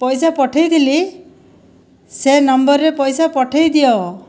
ପଇସା ପଠାଇଥିଲି ସେ ନମ୍ବରରେ ପଇସା ପଠାଇଦିଅ